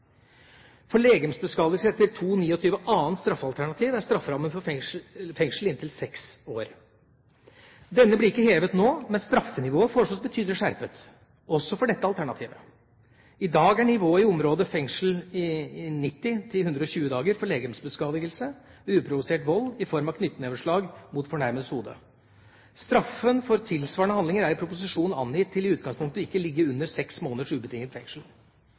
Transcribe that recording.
etter § 229 annet straffealternativ er strafferammen fengsel i inntil seks år. Denne blir ikke hevet nå, men straffenivået foreslås betydelig skjerpet også for dette alternativet. I dag er nivået i området fengsel i 90–120 dager for legemsbeskadigelse ved uprovosert vold i form av knytteneveslag mot fornærmedes hode. Straffen for tilsvarende handlinger er i proposisjonen angitt til i utgangspunktet ikke å ligge under seks måneders ubetinget fengsel.